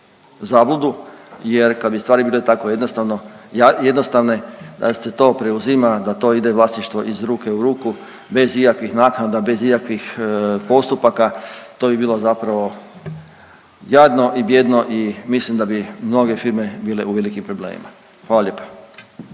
jer kad bi stvari bile tako jednostavne da se to preuzima, da to ide vlasništvo iz ruke u ruku bez ikakvih naknada, bez ikakvih postupaka to bi bilo zapravo jadno i bijedno i mislim da bi mnoge firme bile u velikim problemima. Hvala lijepa.